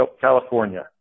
California